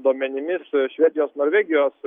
duomenimis švedijos norvegijos